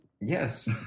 Yes